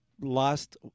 lost